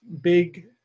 big